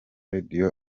radio